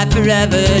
forever